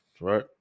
right